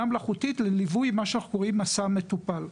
מלאכותית לליווי מה שאנחנו קוראים מסע מטופל.